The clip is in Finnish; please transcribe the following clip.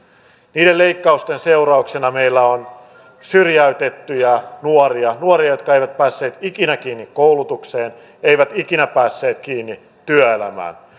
niiden leikkausten seurauksena meillä on syrjäytettyjä nuoria nuoria jotka eivät päässeet ikinä kiinni koulutukseen eivät ikinä päässeet kiinni työelämään